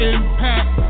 Impact